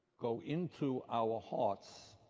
go into our heart